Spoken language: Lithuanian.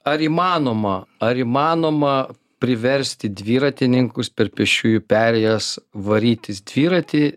ar įmanoma ar įmanoma priversti dviratininkus per pėsčiųjų perėjas varytis dviratį